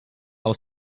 aus